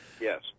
Yes